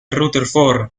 rutherford